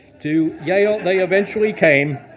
to yale they eventually came.